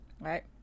right